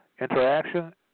Interaction